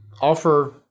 offer